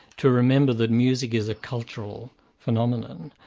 to remember that music is a cultural phenomenon.